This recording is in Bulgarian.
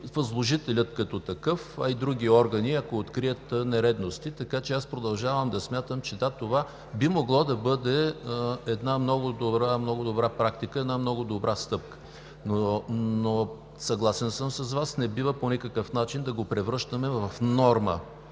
възложителя като такъв, ако открият нередности, а и други органи. Продължавам да смятам – да, това би могло да бъде една много добра практика, една много добра стъпка. Съгласен съм с Вас, но не бива по никакъв начин да го превръщаме в норма